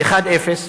1 0,